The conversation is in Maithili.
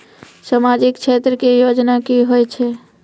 समाजिक क्षेत्र के योजना की होय छै?